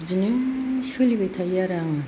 बिदिनो सोलिबाय थायो आरो आङो